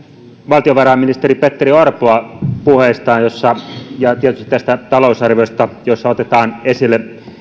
valtiovarainministeri petteri orpoa hänen puheestaan ja tietysti tästä talousarviosta jossa otetaan esille